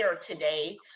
today